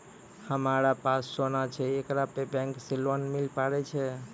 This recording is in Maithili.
हमारा पास सोना छै येकरा पे बैंक से लोन मिले पारे छै?